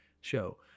show